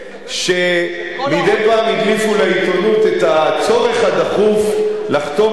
שמדי פעם הדליפו לעיתונות את הצורך הדחוף לחתום